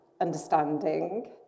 understanding